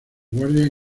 guardias